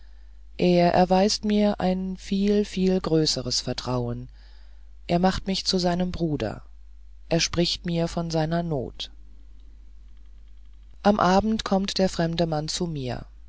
er erweist mir ein viel viel größeres vertrauen er macht mich zu seinem bruder er spricht mir von seiner not am abend kommt der fremde mann zu mir